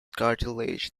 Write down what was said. cartilage